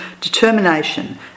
determination